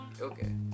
Okay